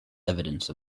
evidence